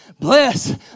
Bless